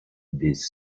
des